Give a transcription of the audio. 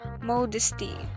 modesty